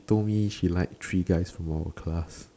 told me she likes three guys from our class